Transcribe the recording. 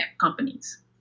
companies